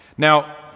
Now